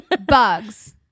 Bugs